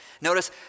Notice